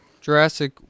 Jurassic